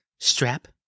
Strap